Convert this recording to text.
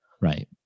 Right